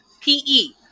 P-E